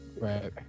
right